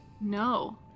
No